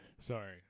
Sorry